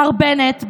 מר בנט,